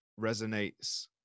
resonates